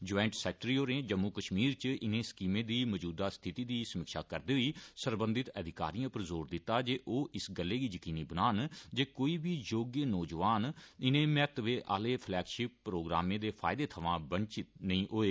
joint secretary होरें जम्मू कश्मीर इच इनें स्कीमें दी मौजूदा स्थिति दी समीक्षा करदे होई सरबंधित अधिकारिएं पर जोर दिता जे ओह इस गल्लै गी यकीनी बनान जे कोई बी योग्य नौजवान इनें महत्वै आहले फ्लैगशिप प्रोग्रामें दे फायदा थमां वंचित नेईं होए